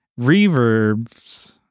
reverbs